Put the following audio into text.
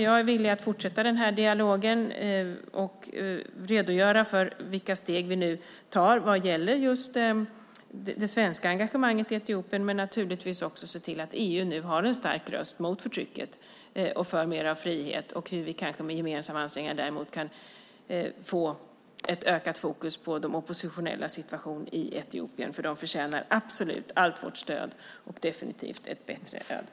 Jag är villig att fortsätta den här dialogen och redogöra för vilka steg vi tar när det gäller det svenska engagemanget i Etiopien. Det handlar naturligtvis också om att se till att EU nu har en stark röst mot förtrycket och för mer frihet. Vi kan kanske med gemensamma ansträngningar få ett ökat fokus på de oppositionellas situation i Etiopien, för de förtjänar absolut allt vårt stöd och definitivt ett bättre öde.